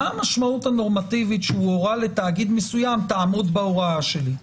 מה המשמעות הנורמטיבית שהוא הורה לתאגיד מסוים: תעמוד בהוראה שלי?